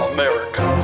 America